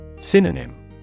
Synonym